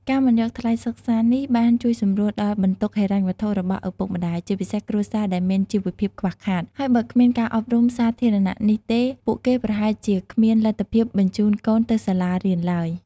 ការមិនយកថ្លៃសិក្សានេះ បានជួយសម្រួលដល់បន្ទុកហិរញ្ញវត្ថុរបស់ឪពុកម្តាយ ជាពិសេសគ្រួសារដែលមានជីវភាពខ្វះខាត ហើយបើគ្មានការអប់រំសាធារណៈនេះទេ ពួកគេប្រហែលជាគ្មានលទ្ធភាពបញ្ជូនកូនទៅសាលារៀនឡើយ។